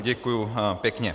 Děkuju pěkně.